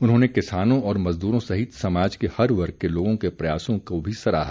उन्होंने किसानों और मजदूरों सहित समाज के हर वर्ग के लोगों के प्रयासों को भी सराहा